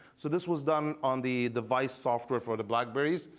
so this was done on the device software for the blackberry's.